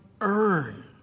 earn